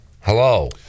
Hello